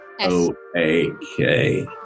O-A-K